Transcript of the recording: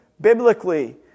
biblically